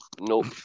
Nope